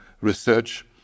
research